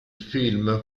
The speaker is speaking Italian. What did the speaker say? film